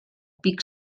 pic